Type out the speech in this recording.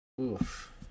Oof